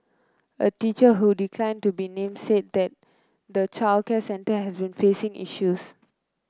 a teacher who declined to be named said that the childcare centre had been facing issues